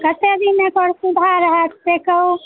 कते दिन मे एकर सुधार हैत से कहू